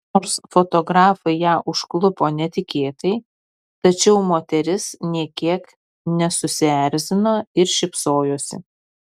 nors fotografai ją užklupo netikėtai tačiau moteris nė kiek nesusierzino ir šypsojosi